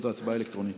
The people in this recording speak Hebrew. ההצבעה האלקטרונית.